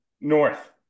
North